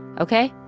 ok,